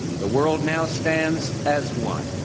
the world now stands as one.